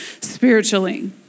spiritually